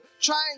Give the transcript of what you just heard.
trying